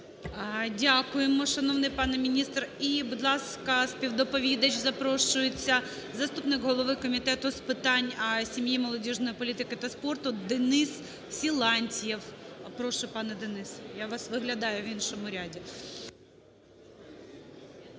Дякуємо, шановний пане міністр. І, будь ласка, співдоповідач запрошується, заступник голови Комітету з питань сім'ї, молодіжної політики та спорту Денис Силантьєв. Прошу, пане Денисе, я вас виглядаю в іншому ряді.